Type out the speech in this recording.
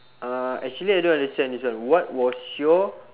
uh actually I don't understand this one what was your